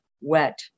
wet